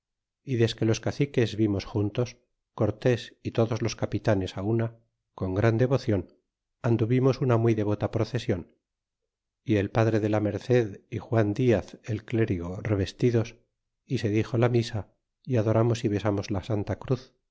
y desque los caciques vimos juntos cortés y todos los capitanes una con gran devocion anduvimos una muy devota procesion y el padre de la merced y juan diaz el clérigo revestidos y se dixo la misa y adoramos y besamos la santa cruz